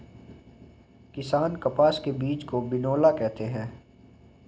किसान कपास के बीज को बिनौला कहते है